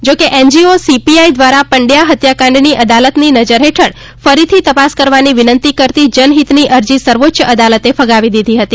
જો કે NGO CBI દ્વારા પંડચા હત્યાકાંડની અદાલતની નજર હેઠળ ફરીથી તપાસ કરવાની વિનંતી કરતી જનહિતની અરજી સર્વોચ્ચ અદાલતે ફગાવી દીધી હતી